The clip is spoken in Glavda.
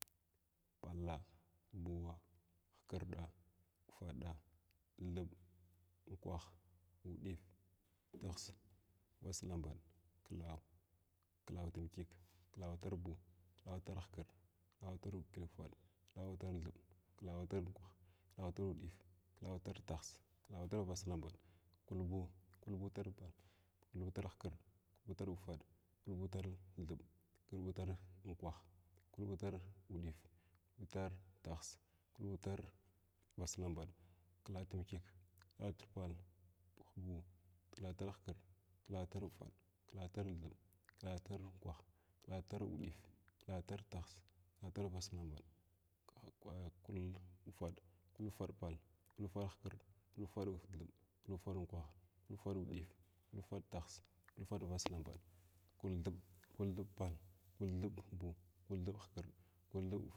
Palla, buuwaa, hikrɗaa, ufaɗaa, thibb, unkwah, uɗiff, tihs, vasdambaɗ, klaw, klawa thmkyik, klawa taw buw, klawa tar hikirɗ, klawa tar ufaɗ, klawa tar thibb, klawa tar unkwah, klaw tar uɗif, klaw tar tihs, klaw tar vaslamnbaɗ, kulbuu, kulbu tar pal, kulbu tar hikirɗ, kulbu tar ufaɗ, kulbu tar hikirɗ kulbu tar ufaɗ, kulbu tar thib, kulbu tar unkwah, kulbu tar udif kulbu tar taw, kublu tar vaslambaɗ klatim kyik kla pal, bu kla tar hikird, klaw tar ufad, klaw tar thibb, klaw tar unkwah, klaw tar uɗif, klaw tar tihs, klaw tar vaslambaɗ kul ufad, kul ufad pal, kul ufad hi kirɗ, kul uda thib, kul ufad unkwah kuu ufad, udif, kul ufaɗ tihs kul ufud vaslambaɗ, kuth thib, kul thib pal, kul thib buu, kul thib hukir, kul nhib.